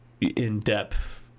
in-depth